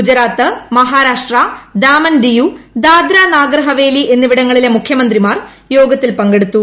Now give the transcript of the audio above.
ഗുജറാത്ത് മഹാരാഷ്ട്ര ദാമൻ ദിയു ദാദ്ര നാഗർ ഹവേലി എന്നിവിടങ്ങളിലെ മുഖ്യമന്ത്രിമാർ യോഗത്തിൽ പങ്കെടുത്തു